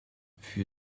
für